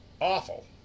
awful